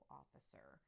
officer